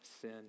sin